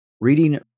Reading